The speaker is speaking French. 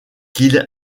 qu’il